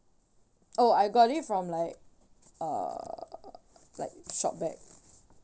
oh I got it from like uh like shopback